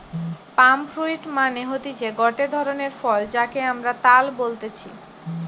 পাম fruit মানে হতিছে গটে ধরণের ফল যাকে আমরা তাল বলতেছি